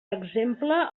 exemple